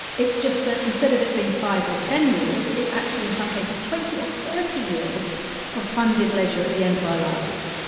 it's just that instead of it being five or ten years, it's actually, in some cases, twenty or thirty years of funded leisure at the end of our lives.